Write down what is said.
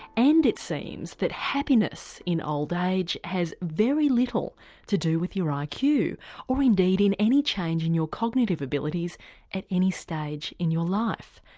and it seems that happiness in old age has very little to do with your ah iq or indeed in any change in your cognitive abilities at any stage in your life.